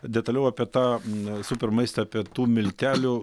detaliau apie tą super maistą apie tų miltelių